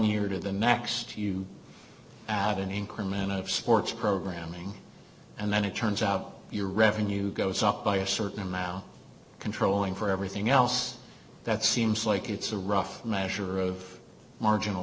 year to the next you add an increment of sports programming and then it turns out your revenue goes up by a certain amount controlling for everything else that seems like it's a rough measure of marginal